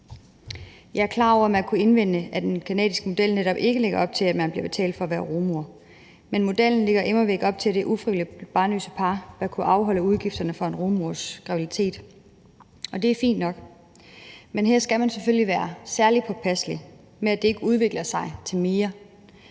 Jeg er klar over, at man kunne indvende, at den canadiske model netop ikke lægger op til, at man bliver betalt for at være rugemor, men modellen lægger immervæk op til, at det ufrivilligt barnløse par bør kunne afholde udgifterne for en rugemors graviditet, og det er fint nok, men her skal man selvfølgelig være særlig påpasselig med, at det ikke udvikler sig til mere